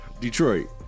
Detroit